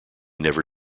never